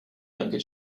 younger